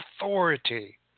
authority